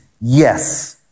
yes